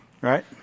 right